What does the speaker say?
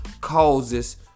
causes